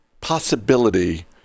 possibility